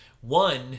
One